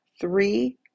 three